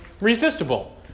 resistible